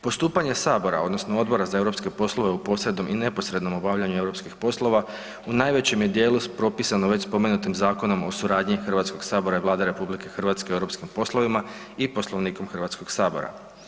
Postupanje Sabora odnosno Odbora za europske poslove u posrednom i neposrednom obavljanju europskih poslova u najvećem je djelu propisano već spomenutim zakonom o suradnji Hrvatskog sabora i Vlade RH u europskim poslovima i Poslovnikom Hrvatskog sabora.